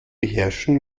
beherrschen